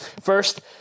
First